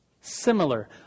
Similar